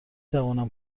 توانم